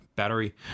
battery